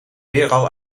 weeral